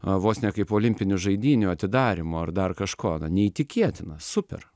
vos ne kaip olimpinių žaidynių atidarymo ar dar kažko na neįtikėtina super